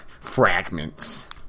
fragments